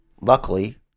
Luckily